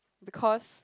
because